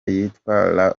yitwa